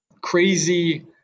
crazy